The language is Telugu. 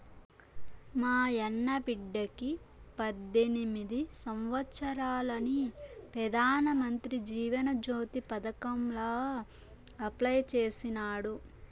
మాయన్న బిడ్డకి పద్దెనిమిది సంవత్సారాలని పెదానమంత్రి జీవన జ్యోతి పదకాంల అప్లై చేసినాడు